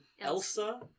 Elsa